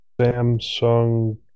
Samsung